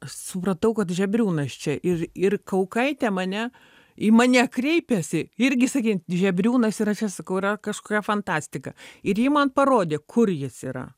supratau kad žebriūnas čia ir ir kaukaitė mane į mane kreipėsi irgi sakykim žebriūnas yra čia sakau yra kažkokia fantastika ir ji man parodė kur jis yra